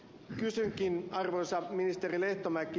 kysynkin arvoisa ministeri lehtomäki